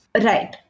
Right